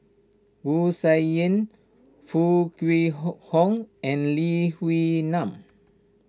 Wu Tsai Yen Foo Kwee Horng and Lee Wee Nam